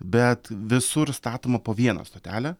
bet visur statoma po vieną stotelę